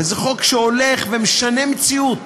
וזה חוק שהולך ומשנה מציאות,